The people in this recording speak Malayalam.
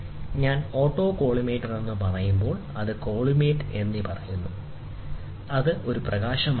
ഞാൻ ഓട്ടോ കോളിമേറ്റർ എന്ന് പറയുമ്പോൾ നിമിഷം ഞാൻ കോളിമേറ്റ് എന്ന് പറയുന്നു അത് ഒരു പ്രകാശമായിരിക്കണം